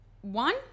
one